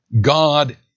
God